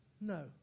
No